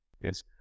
Yes